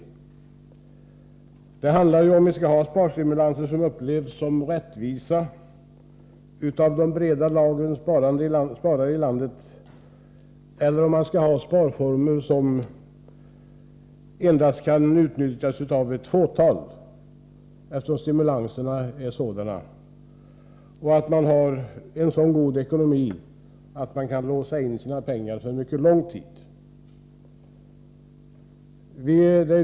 Vad det handlar om är om vi skall ha sparstimulanser som upplevs som rättvisa av de breda lagren sparare i landet, eller sparformer som endast kan utnyttjas av ett fåtal som har en så god ekonomi att de kan låsa in sina pengar för en mycket lång tid.